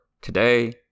Today